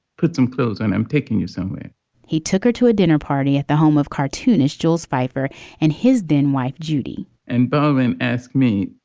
put some clothes on. i'm taking you somewhere he took her to a dinner party at the home of cartoonist jules feiffer and his then wife, judy and both of them and asked me,